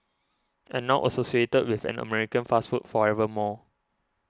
and now associated with an American fast food forever more